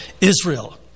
Israel